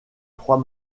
trois